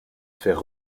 faire